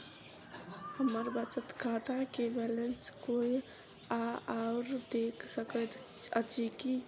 हम्मर बचत खाता केँ बैलेंस कोय आओर देख सकैत अछि की